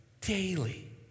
daily